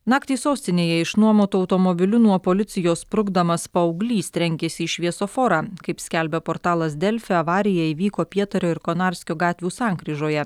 naktį sostinėje išnuomotu automobiliu nuo policijos sprukdamas paauglys trenkėsi į šviesoforą kaip skelbia portalas delfi avarija įvyko pietario ir konarskio gatvių sankryžoje